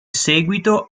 seguito